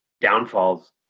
downfalls